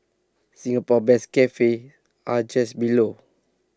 Singapore best cafes are just below